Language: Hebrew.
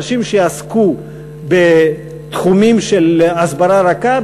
אנשים שעסקו בתחומים של הסברה רכה,